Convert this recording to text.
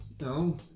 No